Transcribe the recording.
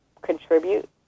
contribute